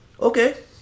Okay